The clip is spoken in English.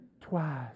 twice